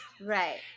right